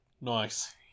Nice